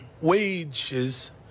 wages